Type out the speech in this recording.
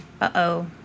Uh-oh